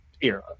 era